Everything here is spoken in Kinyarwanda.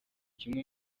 kimwe